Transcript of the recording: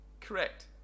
Correct